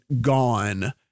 gone